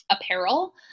apparel